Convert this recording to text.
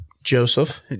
Joseph